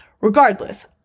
Regardless